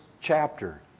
chapter